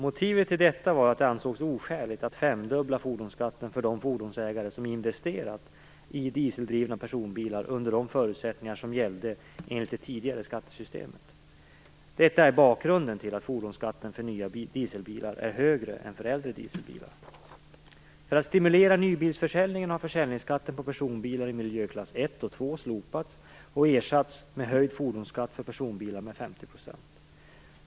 Motivet till detta var att det ansågs oskäligt att femdubbla fordonsskatten för de fordonsägare som investerat i dieseldrivna personbilar under de förutsättningar som gällde enligt det tidigare skattesystemet. Detta är bakgrunden till att fordonsskatten för nya dieselbilar är högre än för äldre dieselbilar. För att stimulera nybilsförsäljningen har försäljningsskatten på personbilar i miljöklass 1 och 2 slopats och ersatts med höjd fordonsskatt för personbilar med 50 %.